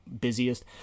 busiest